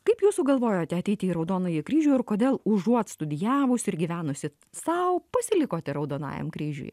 kaip jūs sugalvojote ateiti į raudonąjį kryžių ir kodėl užuot studijavusi ir gyvenusi sau pasilikote raudonajam kryžiuj